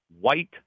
white